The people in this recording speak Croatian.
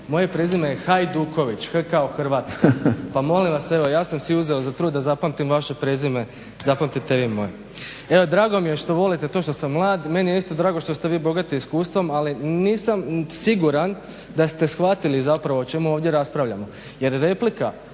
je prezime Hajeduković, H kao Hrvatska, pa vas molim evo ja sam si uzeo za trud da zapamtim vaše prezime, zapamtite i vi moje. Evo drago mi je što volite to što sam mlad. Meni je isto drago što ste vi bogati iskustvom ali nisam siguran da ste shvatili zapravo o čemu ovdje raspravljamo, jer replika